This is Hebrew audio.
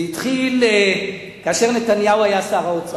זה התחיל כאשר נתניהו היה שר האוצר.